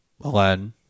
Aladdin